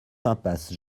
impasse